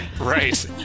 Right